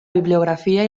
bibliografia